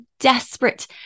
desperate